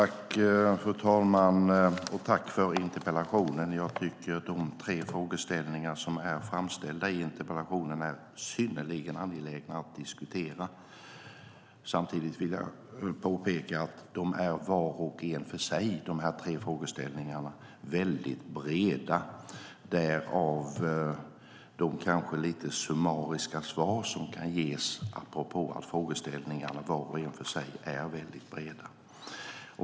Fru talman! Tack, Jens Holm, för interpellationen! Jag tycker att de tre frågeställningar som är framställda i interpellationen är synnerligen angelägna att diskutera. Samtidigt vill jag påpeka att de var och en för sig är väldigt breda, därav de kanske lite summariska svar som kan ges. Frågeställningarna är ju väldigt breda var för sig.